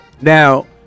Now